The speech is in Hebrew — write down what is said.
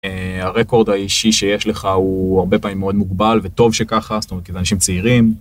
הרקורד האישי שיש לך הוא הרבה פעמים מאוד מוגבל וטוב שככה זאת אומרת כי זה אנשים צעירים.